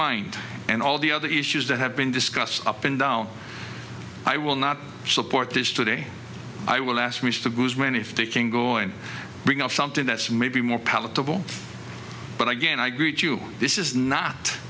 mind and all the other issues that have been discussed up and down i will not support this today i will ask mr goodwin if they can go and bring up something that's maybe more palatable but again i greet you this is not